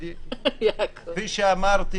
ישיבה ------ כפי שאמרתי